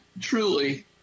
Truly